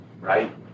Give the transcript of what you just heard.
right